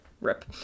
Rip